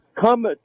Come